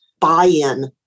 buy-in